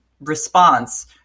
response